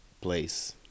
place